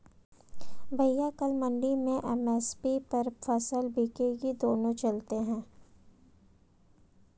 भैया कल मंडी में एम.एस.पी पर फसल बिकेगी दोनों चलते हैं